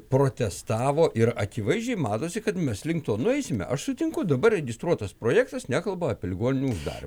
protestavo ir akivaizdžiai matosi kad mes link to nueisime aš sutinku dabar registruotas projektas nekalba apie ligonių uždarymą